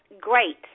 great